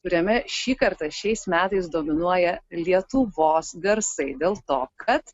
kuriame šį kartą šiais metais dominuoja lietuvos garsai dėl to kad